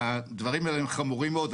הדברים האלה הם חמורים מאוד.